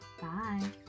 Bye